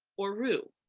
or roo?